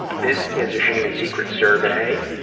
this is a shame and secrets survey,